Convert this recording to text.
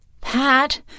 Pat